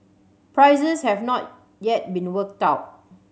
prices have not yet been worked out